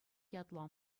ятлӑ